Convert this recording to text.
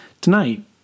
Tonight